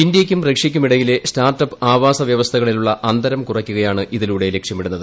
ഇന്തൃക്കും റഷ്യക്കുമിടയിലെ start up ആവാസ വ്യവസ്ഥകളിലുള്ള അന്തരം കുറയ്ക്കുകയാണ് ഇതിലൂടെലക്ഷ്യ മിടുന്നത്